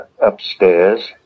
upstairs